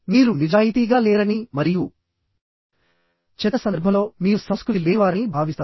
మీరు నిజాయితీగా లేరని మరియు చెత్త సందర్భంలో మీరు సంస్కృతి లేనివారని భావిస్తారు